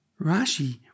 Rashi